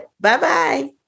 bye-bye